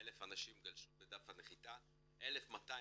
96,000 אנשים גלשו בדף הנחיתה, 1,250